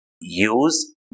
use